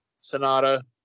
Sonata